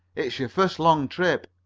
it's your first long trip,